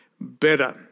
better